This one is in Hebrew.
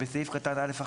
בסעיף קטן (א1),